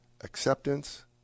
acceptance